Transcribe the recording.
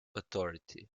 authority